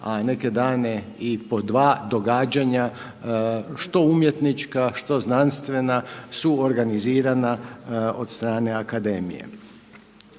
a neke dane i po dva događanja što umjetnička, što znanstvena su organizirana od strane akademije.